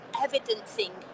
evidencing